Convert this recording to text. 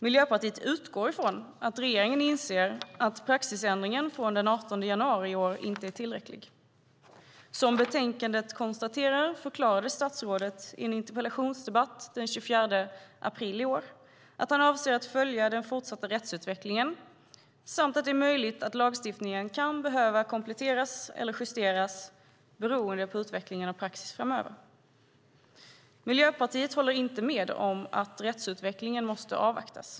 Miljöpartiet utgår från att regeringen inser att praxisändringen från den 18 januari i år inte är tillräcklig. Som konstateras i betänkandet förklarade statsrådet i en interpellationsdebatt den 24 april i år att han avser att följa den fortsatta rättsutvecklingen samt att det är möjligt att lagstiftningen kan behöva kompletteras eller justeras beroende på utvecklingen av praxis framöver. Miljöpartiet håller inte med om att rättsutvecklingen måste avvaktas.